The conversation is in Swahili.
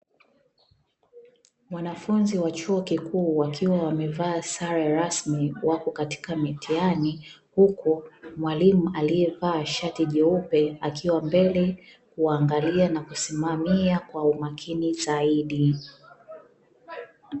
Wanafunzi wa chuo kikuu wakiwa wamevaa sare rasmi wapo katika mitihani, huku mwalimu aliyevaa shati jeupe akiwa mbele kuangalia na kusimamia kwa umakini zaidi.